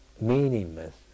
meaningless